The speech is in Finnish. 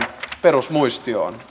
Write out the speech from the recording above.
perusmuistioon